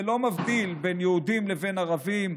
זה לא מבדיל בין יהודים לבין ערבים,